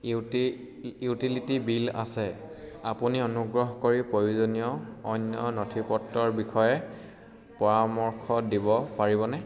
U T utility bill আছে আপুনি অনুগ্ৰহ কৰি প্ৰয়োজনীয় অন্য নথিপত্ৰৰ বিষয়ে পৰামৰ্শ দিব পাৰিবনে